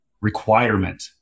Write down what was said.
requirement